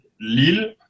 Lille